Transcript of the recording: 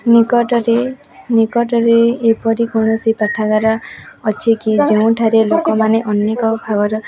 ନିକଟରେ ନିକଟରେ ଏପରି କୌଣସି ପାଠାଗାର ଅଛି କି ଯେଉଁଠାରେ ଲୋକମାନେ ଅନେକ ଭାଗର